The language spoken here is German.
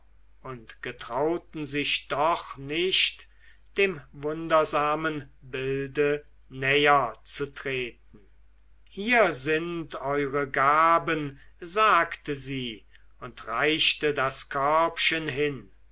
und getrauten sich doch nicht dem wundersamen bilde näher zu treten hier sind eure gaben sagte sie und reichte das körbchen hin